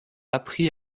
appris